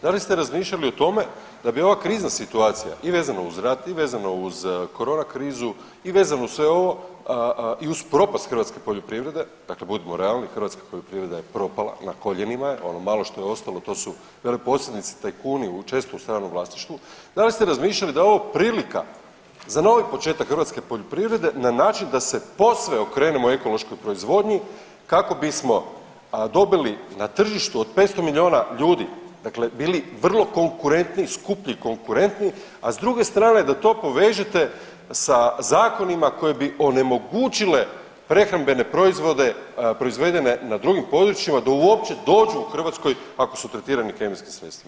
Da li ste razmišljali o tome da bi ova krizna situacija i vezano uz rat, i vezano uz korona krizu, i vezano uz sve ovo i uz propast hrvatske poljoprivrede, dakle budimo realni hrvatska poljoprivreda je propala, na koljenima je, ono malo što je ostalo to su veleposjednici, tajkuni u čestom stranom vlasništvu da li ste razmišljali da je ovo prilika za novi početak hrvatske poljoprivrede, na način da se posve okrenemo ekološkoj proizvodnji kako bismo dobili na tržištu od 500 milijuna ljudi, dakle bili vrlo konkurentni, skuplji i konkurentni a s druge strane da to povežete sa zakonima koji bi onemogućile prehrambene proizvode proizvedene na drugim područjima, da uopće dođu u Hrvatsku ako su tretirani kemijskim sredstvima.